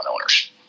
owners